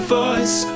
voice